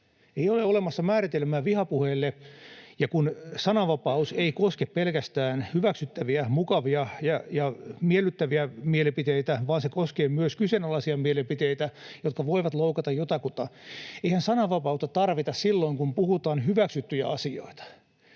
Ei ole olemassa määritelmää vihapuheelle, eikä sananvapaus koske pelkästään hyväksyttäviä, mukavia ja miellyttäviä mielipiteitä, vaan se koskee myös kyseenalaisia mielipiteitä, jotka voivat loukata jotakuta. Eihän sananvapautta tarvita silloin, kun puhutaan hyväksyttyjä asioita.